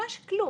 ממש כלום.